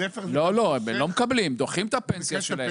הם לא מקבלים, דוחים את הפנסיה שלהם.